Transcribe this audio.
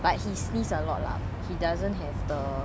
but he sneeze a lot lah he doesn't have the